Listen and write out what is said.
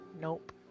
nope